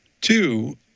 two